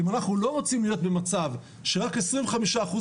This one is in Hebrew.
אם אנחנו לא רוצים להיות במצב שרק 25 אחוז